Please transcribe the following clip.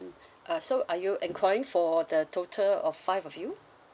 mm uh so are you enquiring for the total of five of you